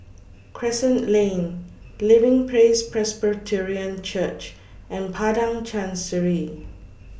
Crescent Lane Living Praise Presbyterian Church and Padang Chancery